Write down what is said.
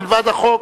מלבד החוק,